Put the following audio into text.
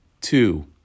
two